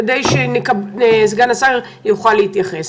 כדי שסגן השר יוכל להתייחס.